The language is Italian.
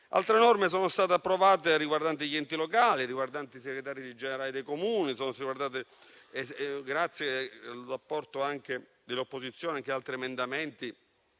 Altre norme sono state approvate riguardanti gli enti locali e i segretari generali dei Comuni. Grazie all'apporto dell'opposizione sono stati approvati altri emendamenti,